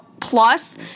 plus